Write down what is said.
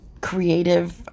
Creative